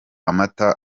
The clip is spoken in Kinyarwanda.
amata